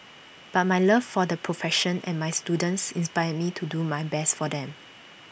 but my love for the profession and my students inspires me to do my best for them